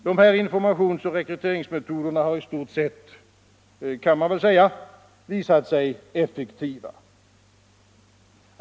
De här informationsoch rekryteringsmetoderna har i stort sett visat sig effektiva.